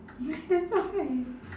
that's okay